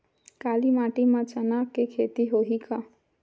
काली माटी म चना के खेती होही का?